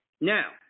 Now